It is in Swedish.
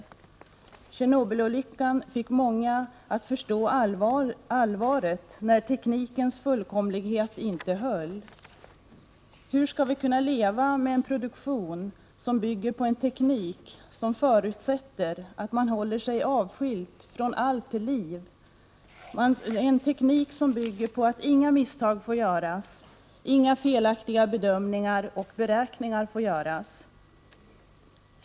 Tjernobylolyckan fick många att förstå allvaret när teknikens fullkomlighet inte håller. Hur skall vi kunna leva med en produktion som bygger på en teknik som förutsätter att man håller sig helt avskild ifrån allt liv, en teknik som bygger på att inga misstag och inga felaktiga bedömningar och beräkningar får göras?